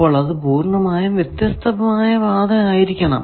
അപ്പോൾ അത് പൂർണമായും വ്യത്യസ്തമായ പാത ആയിരിക്കണം